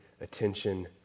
attention